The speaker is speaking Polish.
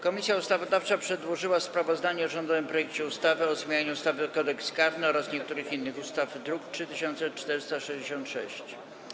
Komisja Ustawodawcza przedłożyła sprawozdanie o rządowym projekcie ustawy o zmianie ustawy Kodeks karny oraz niektórych innych ustaw, druk nr 3466.